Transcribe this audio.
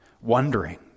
wondering